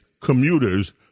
commuters